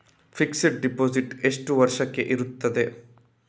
Fixed deposit ಎಷ್ಟು ವರ್ಷಕ್ಕೆ ಇರುತ್ತದೆ?